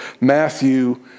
Matthew